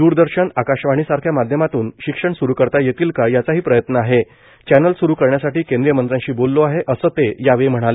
दूरदर्शन आकाशवाणीसारख्या माध्यमातून शिक्षण स्रु करता येतील का याचाही प्रयत्न आहे चॅनल स्रु करण्यासाठी केंद्रीय मंत्र्यांशी बोललो आहे असं ते म्हणाले